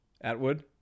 Atwood